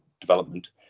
development